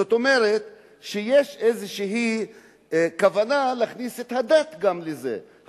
זאת אומרת שיש איזו כוונה להכניס את הדת גם לזה.